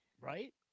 Right